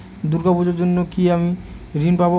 দূর্গা পূজার জন্য কি আমি ঋণ পাবো?